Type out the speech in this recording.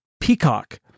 peacock